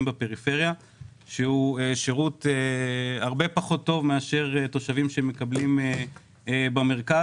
בפריפריה שהוא שירות הרבה פחות טוב מאשר השירות שהתושבים מקבלים במרכז.